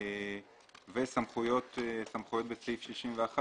סמכויות בסעיף 61,